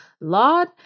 Lord